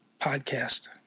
podcast